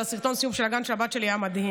אבל סרטון הסיום של הגן של הבת שלי היה מדהים,